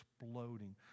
exploding